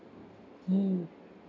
mm